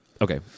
Okay